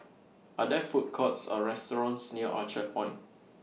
Are There Food Courts Or restaurants near Orchard Point